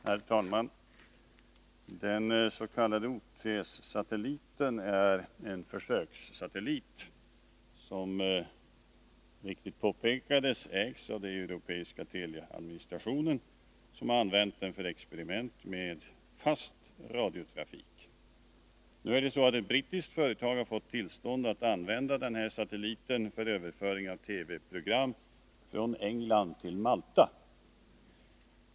Herr talman! Den s.k. OTS-satelliten är en försökssatellit som, vilket påpekats, ägs av den europeiska teleadministrationen, som använt den för experiment med fast radiotrafik. Nu har ett brittiskt företag fått tillstånd att använda satelliten för överföring av TV-program från England till Malta.